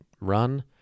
run